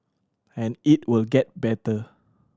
and it will get better